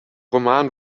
roman